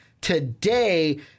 today